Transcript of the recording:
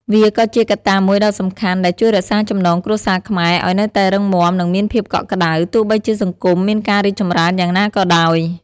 វាក៏ជាកត្តាមួយដ៏សំខាន់ដែលជួយរក្សាចំណងគ្រួសារខ្មែរឲ្យនៅតែរឹងមាំ និងមានភាពកក់ក្តៅ ទោះបីជាសង្គមមានការរីកចម្រើនយ៉ាងណាក៏ដោយ។